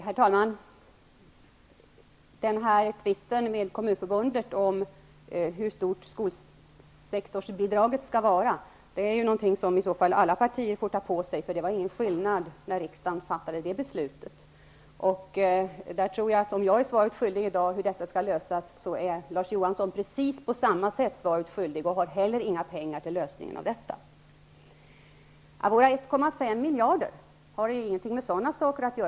Herr talman! Tvisten med Kommunförbundet om hur stort skolsektorsbidraget skall vara är någonting som alla partier får ta på sig. Det var ingen skillnad mellan oss när riksdagen fattade det beslutet. Om jag är svaret skyldig i dag om hur detta skall lösas, är Larz Johansson på samma sätt svaret skyldig. Han har inte heller några pengar till lösningen av detta. Våra 1,5 miljarder kronor har inte med sådana saker att göra.